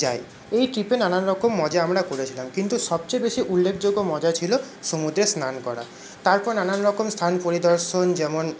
যাই এই ট্রিপে নানান রকম মজা আমরা করেছিলাম কিন্তু সবচেয়ে বেশি উল্লেখযোগ্য মজা ছিল সমুদ্রে স্নান করা তারপর নানান রকম স্থান পরিদর্শন যেমন